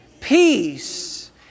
Peace